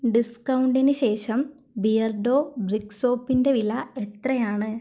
ഡിസ്കൗണ്ടിന് ശേഷം Beardo brick സോപ്പിന്റെ വില എത്രയാണ്